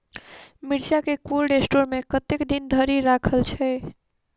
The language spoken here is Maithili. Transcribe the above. मिर्चा केँ कोल्ड स्टोर मे कतेक दिन धरि राखल छैय?